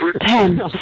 Ten